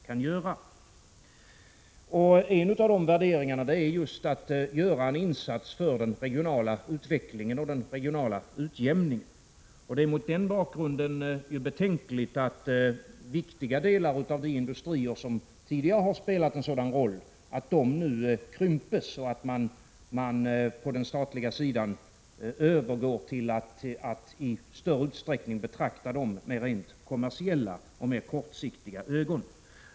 En del består just i att kunna göra en insats för den regionala utvecklingen och den regionala utjämningen. Det är mot den bakgrunden betänkligt att viktiga delar av de industrier som tidigare spelat en sådan roll krymps och att man på den statliga sidan övergår till att i större utsträckning betrakta verksamheten kortsiktigt och med rent kommersiella ögon.